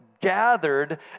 gathered